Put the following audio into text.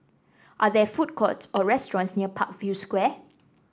are there food courts or restaurants near Parkview Square